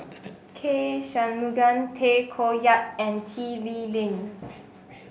K Shanmugam Tay Koh Yat and Tan Lee Leng